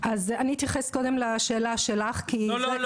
אני אתייחס קודם לשאלה שלך --- לא,